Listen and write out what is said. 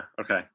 Okay